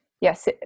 yes